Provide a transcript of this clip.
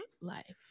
life